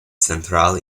central